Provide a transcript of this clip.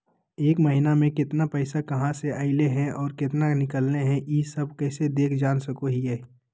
एक महीना में केतना पैसा कहा से अयले है और केतना निकले हैं, ई सब कैसे देख जान सको हियय?